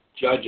judge